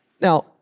Now